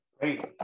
Great